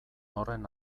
horren